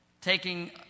taking